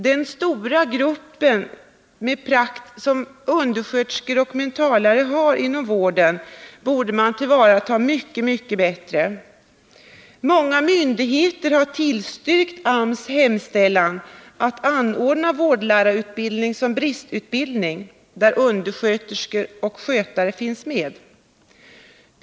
Den stora grupp med lång praktisk erfarenhet inom vården som undersköterskor och mentalskötare utgör borde tillvaratas mycket bättre. Många myndigheter har tillstyrkt AMS hemställan att få anordna vårdlärarutbildningen såsom en bristutbildning, där undersköterskor och skötare finns med.